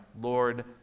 Lord